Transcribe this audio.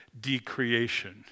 decreation